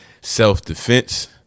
self-defense